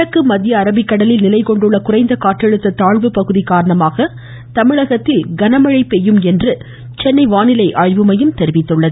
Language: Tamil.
கிழக்கு மத்திய அரபிக்கடலில் நிலைகொண்டுள்ள குறைந்த காற்றழுத்த தாழ்வுப்பகுதி காரணமாக தமிழகத்தில் கனமழை பெய்யும் என்று சென்னை வானிலை ஆய்வுமையம் தெரிவித்துள்ளது